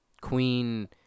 Queen